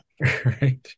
right